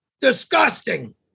Disgusting